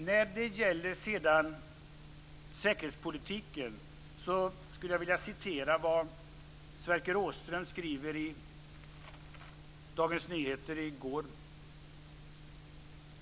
När det gäller säkerhetspolitiken vill jag citera det som Sverker Åström skrev i gårdagens Dagens Nyheter.